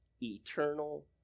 eternal